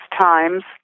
times